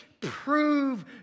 prove